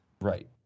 Right